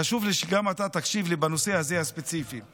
חשוב לי שגם אתה תקשיב לי בנושא הספציפי הזה.